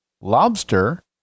lobster